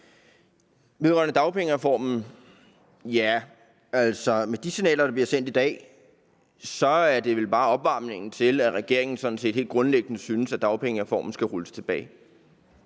Vedrørende dagpengereformen vil jeg sige, at ja, med de signaler, der bliver sendt i dag, så er det vel bare opvarmningen til, at regeringen sådan set helt grundlæggende synes, at dagpengereformen skal rulles tilbage.